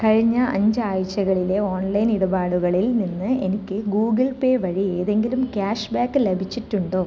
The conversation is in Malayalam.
കഴിഞ്ഞ അഞ്ച് ആഴ്ചകളിലെ ഓൺലൈൻ ഇടപാടുകളിൽ നിന്ന് എനിക്ക് ഗൂഗിൾ പേ വഴി ഏതെങ്കിലും ക്യാഷ്ബാക്ക് ലഭിച്ചിട്ടുണ്ടോ